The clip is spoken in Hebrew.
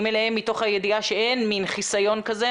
אליהם מתוך הידיעה שאין מן חיסיון כזה.